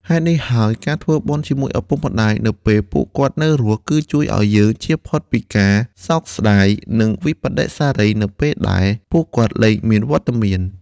ហេតុនេះហើយ ការធ្វើបុណ្យជាមួយឪពុកម្តាយនៅពេលពួកគាត់នៅរស់ គឺជួយឲ្យយើងចៀសផុតពីការសោកស្តាយ និងវិប្បដិសារីនៅពេលដែលពួកគាត់លែងមានវត្តមាន។